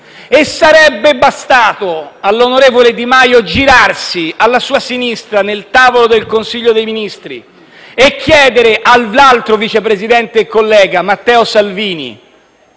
sarebbe bastato girarsi alla sua sinistra, al tavolo del Consiglio dei ministri, e chiedere all'altro vice presidente e collega Matteo Salvini